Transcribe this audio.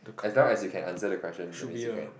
as long as you can answer the question that means you can